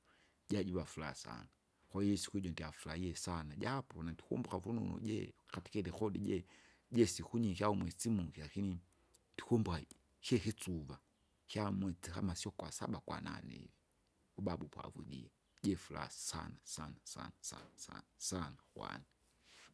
Jajiva fura sana, kwahiyo isiku ijo ndyafurahiye jaapo nandikumbuka vununu ji- katika irekodi je- jesiku nyingi au mwisi mukye akini ndikumbuka kyekisuva, kyamwisi kama sio gwasaba gwanane ivi. Ubaba poavujire, jifura sana sana sana sana sana sana kwani.